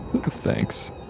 Thanks